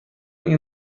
این